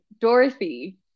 Dorothy